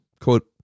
quote